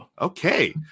Okay